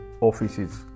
offices